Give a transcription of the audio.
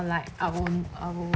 like I will I will